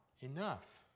enough